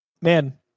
Man